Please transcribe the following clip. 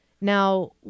Now